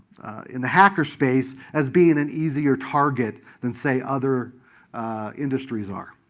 and hacker space as being an easier target than, say, other industries are.